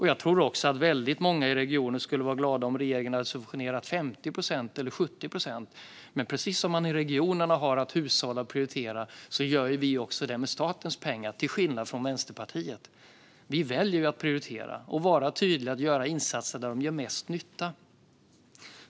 Jag tror också att väldigt många i regionen skulle vara glada om regeringen hade subventionerat 50 eller 70 procent, men precis som regionerna har att hushålla och prioritera gör vi detta med statens pengar, till skillnad från Vänsterpartiet. Vi väljer att prioritera och att vara tydliga med att göra insatser där de gör mest nytta.